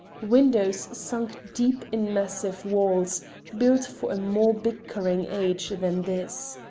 windows sunk deep in massive walls built for a more bickering age than this.